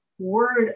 word